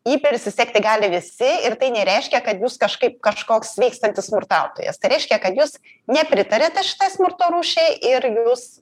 jį prisisegti gali visi ir tai nereiškia kad jūs kažkaip kažkoks sveikstantis smurtautojas reiškia kad jūs nepritariate šitai smurto rūšiai ir jūs